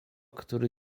który